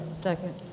Second